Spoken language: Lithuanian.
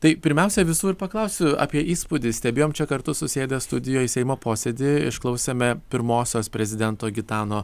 tai pirmiausia visų ir paklausiu apie įspūdį stebėjom čia kartu susėdę studijoj seimo posėdį išklausėme pirmosios prezidento gitano